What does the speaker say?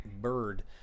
bird